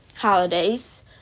holidays